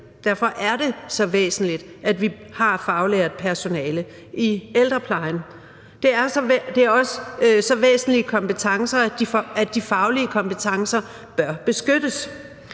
Derfor er det så væsentligt, at vi har faglært personale i ældreplejen, og der er også tale om så væsentlige kompetencer, at de faglige kompetencer bør beskyttes.